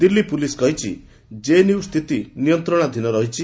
Delhi police କହିଛି ଜେଏନ୍ୟୁ ସ୍ଥିତି ନିୟନ୍ତ୍ରଣାଧୀନ ରହିଛି